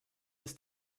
ist